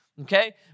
okay